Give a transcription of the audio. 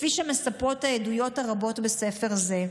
כפי שמספרות העדויות הרבות בספר זה.